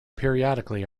periodically